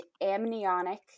amniotic